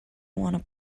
want